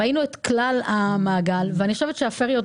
ראינו את כלל המעגל ואני חושבת שהפייריוּת